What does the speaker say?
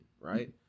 right